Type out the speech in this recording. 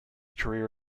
career